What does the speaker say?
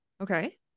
Okay